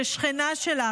שכנה שלה,